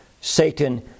Satan